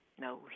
No